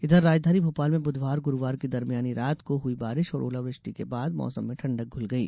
इधर राजधानी भोपाल में बुधवार गुरूवार की दरमियानी रात को हुई बारिश और ओलावृष्टि के बाद मौसम में ठंडक घुल गई